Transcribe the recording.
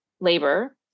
labor